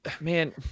man